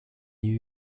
new